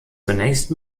zunächst